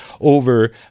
over